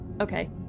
Okay